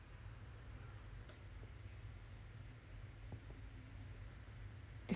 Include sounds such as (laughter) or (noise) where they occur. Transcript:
(laughs)